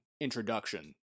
introduction